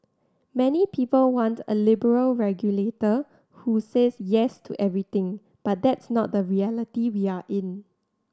many people want a liberal regulator who says yes to everything but that's not the reality we are in